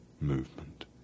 movement